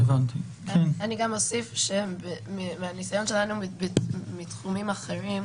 אני גם אוסיף שמהניסיון שלנו מתחומים אחרים,